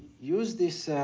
use this